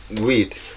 weed